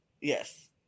yes